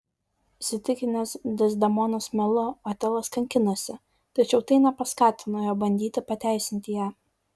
įsitikinęs dezdemonos melu otelas kankinasi tačiau tai nepaskatina jo bandyti pateisinti ją